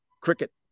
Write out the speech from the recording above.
cricket